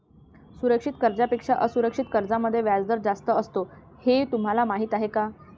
सुरक्षित कर्जांपेक्षा असुरक्षित कर्जांमध्ये व्याजदर जास्त असतो हे तुम्हाला माहीत आहे का?